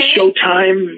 Showtime